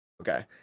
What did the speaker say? okay